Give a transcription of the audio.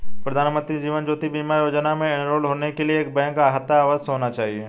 प्रधानमंत्री जीवन ज्योति बीमा योजना में एनरोल होने के लिए एक बैंक खाता अवश्य होना चाहिए